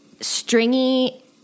stringy